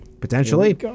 Potentially